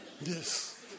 Yes